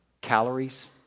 calories